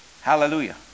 Hallelujah